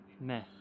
meh